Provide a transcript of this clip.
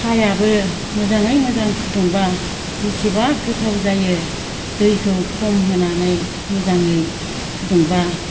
साहायाबो मोजाङै मोजां फुदुंबा बेसेबा गोथाव जायो दैखौ खम होनानै मोजाङै फुदुंबा